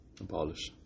abolish